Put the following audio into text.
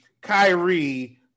Kyrie